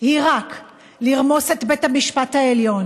היא רק לרמוס את בית המשפט העליון,